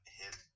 hit